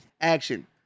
Action